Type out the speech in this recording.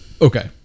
Okay